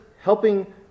helping